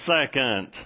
second